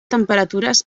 temperatures